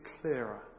clearer